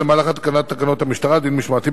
במהלך התקנת תקנות המשטרה (דין משמעתי,